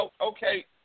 okay